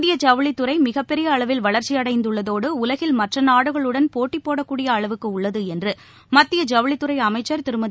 இந்திய ஜவுளித் துறைமிகப்பெரியஅளவில் வளர்ச்சிஅடைந்துள்ளதோடுஉலகில் மற்றநாடுகளுடன் போட்டிபோடக்கூடியஅளவுக்குஉள்ளதுஎன்றுமத்திய ஜ்வுளித்துறைஅமைச்சர் திருமதி